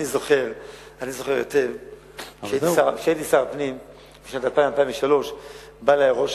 אני זוכר היטב שכשהייתי שר הפנים בשנים 2000 2003 בא אלי ראש